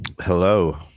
hello